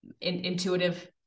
intuitive